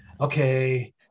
okay